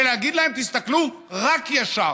ולהגיד להם: תסתכלו רק ישר,